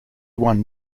won